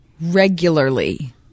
regularly